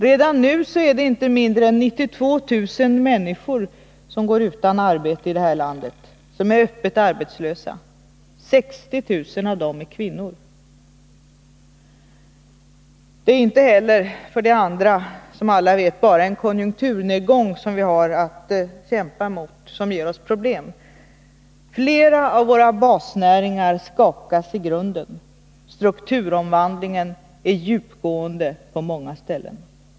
Redan nu är det inte mindre än 92 000 människor som går utan arbete här i landet, som är öppet arbetslösa. 60 000 av dem är kvinnor. Det är för det andra inte heller bara en konjunkturnedgång som vi har att kämpa mot och som ger oss problem. Flera av våra basnäringar skakas i grunden. Strukturomvandlingarna är djupgående i många branscher.